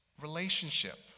relationship